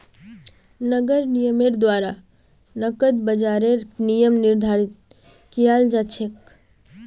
नगर निगमेर द्वारा नकद बाजारेर नियम निर्धारित कियाल जा छेक